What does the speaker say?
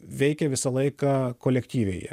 veikė visą laiką kolektyviai jie